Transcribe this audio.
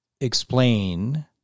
explain